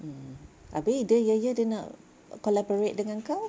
mmhmm abeh dia ye ye nak collaborate dengan kau